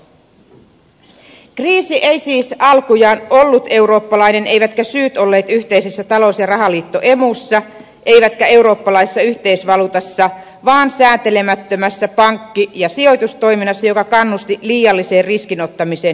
kriisi ei siis alkujaan ollut eurooppalainen eivätkä syyt olleet yhteisessä talous ja rahaliitto emussa eivätkä eurooppalaisessa yhteisvaluutassa vaan sääntelemättömässä pankki ja sijoitustoiminnassa joka kannusti liialliseen riskin ottamiseen ja keinotteluun